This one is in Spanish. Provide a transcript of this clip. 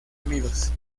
unidos